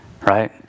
right